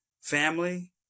family